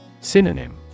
Synonym